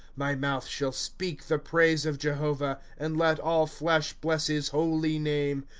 my mouth shall speak the praise of jehovah and let all flesh bless his holy name.